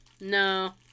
No